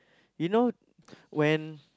you know when